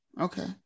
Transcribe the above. okay